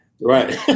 Right